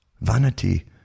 Vanity